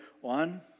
One